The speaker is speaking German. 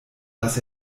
dass